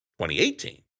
2018